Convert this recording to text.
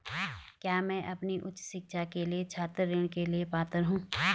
क्या मैं अपनी उच्च शिक्षा के लिए छात्र ऋण के लिए पात्र हूँ?